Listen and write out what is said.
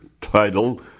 title